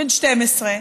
בן 12,